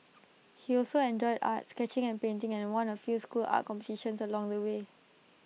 he also enjoyed art sketching and painting and won A few school art competitions along the way